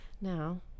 Now